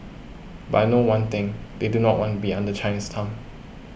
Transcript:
but I know one thing they do not want be under China's thumb